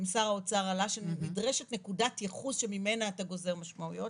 עם שר האוצר עלה שנדרשת נקודת ייחוס שממנה אתה גוזר משמעויות.